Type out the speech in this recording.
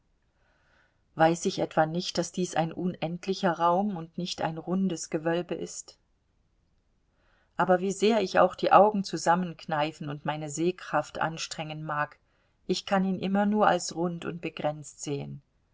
weiß ich etwa nicht daß dies ein unendlicher raum und nicht ein rundes gewölbe ist aber wie sehr ich auch die augen zusammenkneifen und meine sehkraft anstrengen mag ich kann ihn immer nur als rund und begrenzt sehen